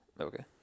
okay